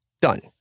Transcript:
done